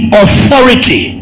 authority